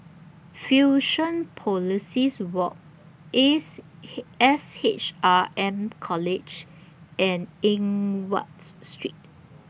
Fusionopolis Walk Ace He S H R M College and Eng Watts Street